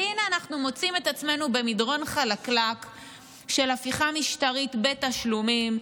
והינה אנחנו מוצאים את עצמנו במדרון חלקלק של הפיכה משטרית בתשלומים,